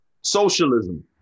Socialism